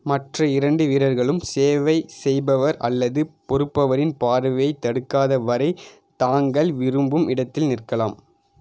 மற்ற இரண்டு வீரர்களும் சேவை செய்பவர் அல்லது பெறுப்பவரின் பார்வையை தடுக்காத வரை தாங்கள் விரும்பும் இடத்தில் நிற்கலாம்